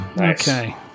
Okay